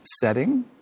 setting